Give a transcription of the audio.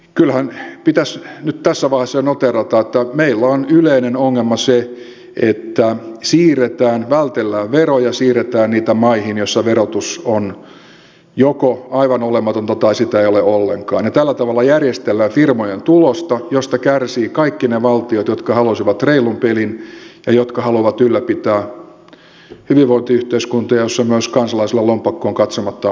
kyllähän pitäisi nyt tässä vaiheessa jo noteerata että meillä on yleinen ongelma se että vältellään veroja siirretään niitä maihin joissa verotus on joko aivan olematonta tai sitä ei ole ollenkaan ja tällä tavalla järjestellään firmojen tulosta mistä kärsivät kaikki ne valtiot jotka haluaisivat reilun pelin ja jotka haluavat ylläpitää hyvinvointiyhteiskuntia joissa myös kansalaisilla lompakkoon katsomatta on palveluja saatavilla